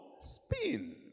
spin